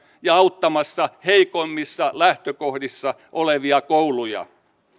ja auttamaan heikommissa lähtökohdissa olevia kouluja